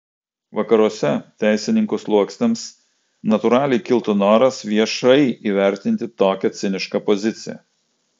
vakaruose teisininkų sluoksniams natūraliai kiltų noras viešai įvertinti tokią cinišką poziciją